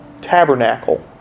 tabernacle